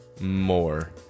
More